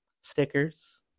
stickers